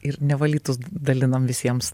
ir nevalytus dalinam visiems